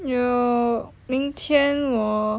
有明天我